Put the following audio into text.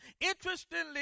Interestingly